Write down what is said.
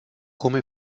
come